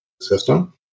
system